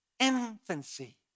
infancy